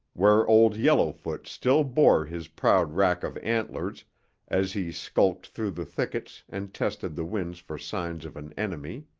where old yellowfoot still bore his proud rack of antlers as he skulked through the thickets and tested the wind for signs of an enemy.